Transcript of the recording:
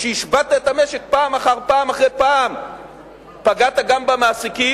שהשבתת את המשק פעם אחר פעם, פגעת גם במעסיקים,